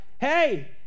Hey